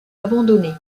abandonnée